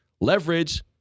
leverage